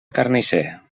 carnisser